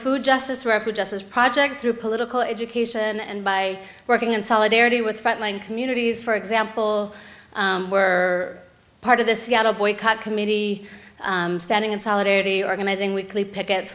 food justice refuge justice project through political education and by working in solidarity with frontline communities for example were part of the seattle boycott committee standing in solidarity organizing weekly picket